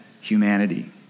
humanity